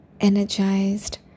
energized